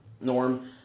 Norm